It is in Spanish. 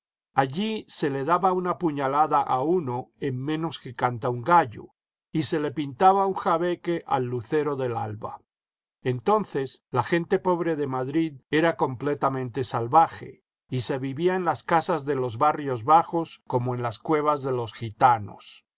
allí se le daba una puñalada a uno en menos que canta un gallo y se le pintaba un jabeque al lucero del alba entonces la gente pobre de madrid era completamente salvaje y se vivía en las casas de los barrios bajos como en las cuevas de los gitanos